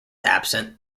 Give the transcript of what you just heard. absent